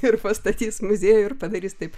ir pastatys muziejų ir padarys taip